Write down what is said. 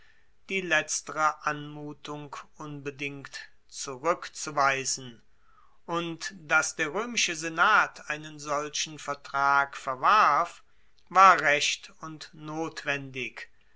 die letztere anmutung unbedingt zurueckzuweisen und dass der roemische senat einen solchen vertrag verwarf war recht und notwendig